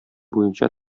буенча